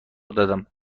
دادم